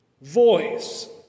voice